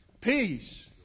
peace